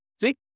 See